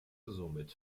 somit